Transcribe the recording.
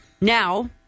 Now